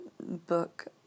book